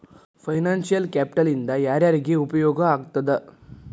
Financial capital ಇಂದಾ ಯಾರ್ಯಾರಿಗೆ ಉಪಯೊಗಾಗ್ತದ?